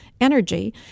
energy